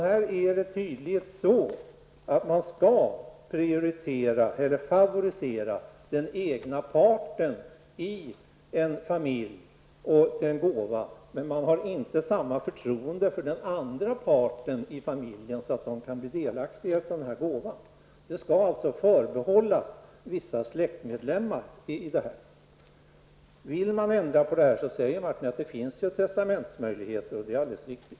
Här är det tydligen så att man skall favorisera det egna barnet i en familj, men man har inte samma förtroende för den andra parten i familjen så att den kan bli delaktig av gåvan. Den skall alltså förbehållas vissa släktmedlemmar. Vill man ändra på detta kan man göra det via testamente, säger Martin Olsson, och detta är alldeles riktigt.